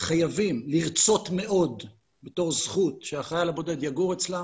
חייבים לרצות מאוד בתור זכות שהחייל הבודד יגור אצלם,